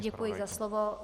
Děkuji za slovo.